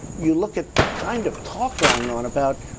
you look at the kind of talk going on about.